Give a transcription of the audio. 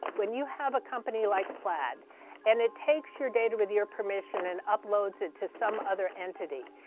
when you have a company like plaid and it takes your data with your permission and uploads it to some other entity.